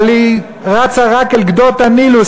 אבל היא רצה רק אל גדות הנילוס,